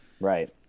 Right